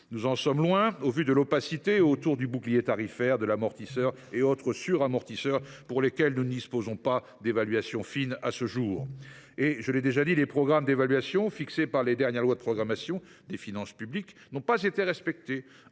Nous en sommes loin, au vu de l’opacité qui règne sur le bouclier tarifaire, de l’amortisseur et d’autres suramortisseurs, pour lesquels nous ne disposons pas d’une évaluation fine à ce jour. Les programmes d’évaluation fixés par les dernières lois de programmation des finances publiques n’ont pas été respectés.